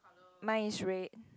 mine is red